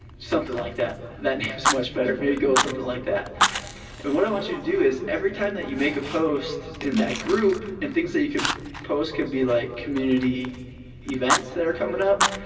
something like that. that name's much better. maybe go with something like that. and what i want you to do is every time that you make a post in that group, and things that you could post could be like community events that are comin' up,